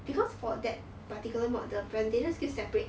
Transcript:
because for that particular note the presentation skill separate